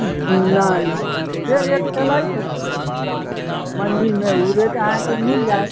नहि जे रेट चलैत हेतै मण्डीमे उ रेट अहाँके मिल जायत